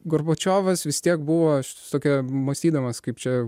gorbačiovas vis tiek buvo šs tokia mąstydamas kaip čia